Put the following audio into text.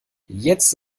jetzt